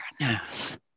awareness